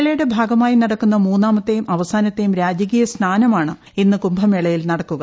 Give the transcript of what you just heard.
മേളയുടെ ഭാഗമായി നടക്കുന്ന മൂന്നാമത്തെയും അവസാന ത്തെയും രാജകീയ സ്നാനമാണ് ഇന്ന് കുംഭമേളയിൽ നടക്കുക